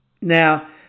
Now